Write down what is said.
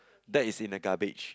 that is in a garbage